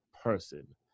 person